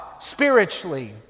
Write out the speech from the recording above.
spiritually